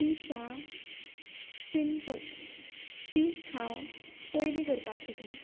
ती च्या सिंपल तीच हांव पयली करपाक शकलें